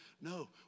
No